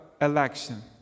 election